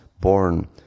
born